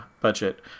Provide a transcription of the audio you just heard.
budget